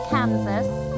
Kansas